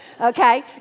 okay